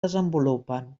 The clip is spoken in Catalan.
desenvolupen